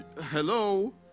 Hello